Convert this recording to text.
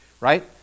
Right